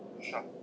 sure